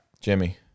Jimmy